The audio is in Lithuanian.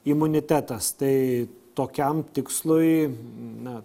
imunitetas tai tokiam tikslui na